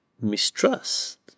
mistrust